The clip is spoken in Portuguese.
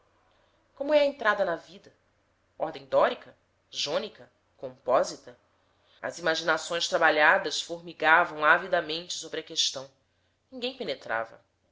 como é a entrada na vida ordem dórica jônica compósita as imaginações trabalhadas formigavam avidamente sobre a questão ninguém penetrava